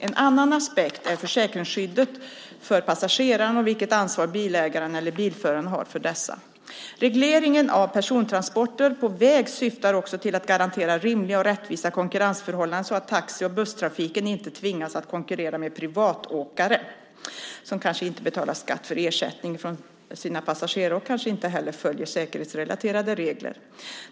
En annan aspekt är försäkringsskyddet för passagerarna och vilket ansvar bilägaren eller bilföraren har för dessa. Regleringen av persontransporter på väg syftar också till att garantera rimliga och rättvisa konkurrensförhållanden så att taxi och busstrafiken inte tvingas att konkurrera med "privatåkare" som kanske inte betalar skatt för ersättningen från sina passagerare och kanske inte heller följer säkerhetsrelaterade regler.